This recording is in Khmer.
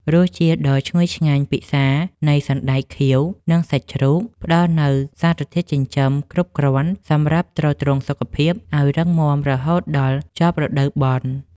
រសជាតិដ៏ឈ្ងុយឆ្ងាញ់ពិសានៃសណ្ដែកខៀវនិងសាច់ជ្រូកផ្ដល់នូវសារធាតុចិញ្ចឹមគ្រប់គ្រាន់សម្រាប់ទ្រទ្រង់សុខភាពឱ្យរឹងមាំរហូតដល់ចប់រដូវបុណ្យ។